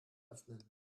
öffnen